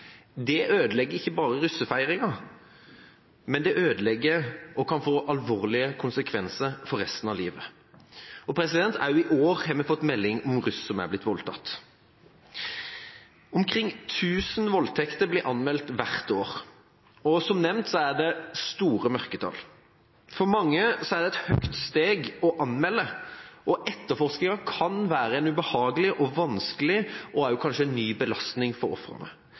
Det ødelegger ikke bare russefeiringa, det ødelegger og kan få alvorlige konsekvenser for resten av livet. Også i år har vi fått melding om russ som er blitt voldtatt. Omkring 1 000 voldtekter blir anmeldt hvert år. Som nevnt er det store mørketall. For mange er det et stort steg å anmelde. Etterforskinga kan være en ubehagelig og vanskelig – og kanskje også ny – belastning for ofrene.